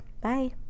Bye